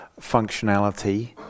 functionality